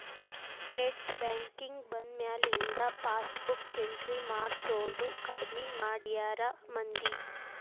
net banking ಬಂದ್ಮ್ಯಾಲಿಂದ passbook entry ಮಾಡ್ಸೋದ್ ಕಡ್ಮಿ ಮಾಡ್ಯಾರ ಮಂದಿ